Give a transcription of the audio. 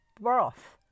broth